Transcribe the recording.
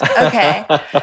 Okay